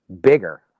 bigger